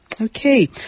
okay